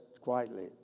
quietly